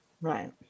Right